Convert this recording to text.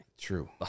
True